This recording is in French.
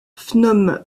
phnom